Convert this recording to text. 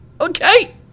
Okay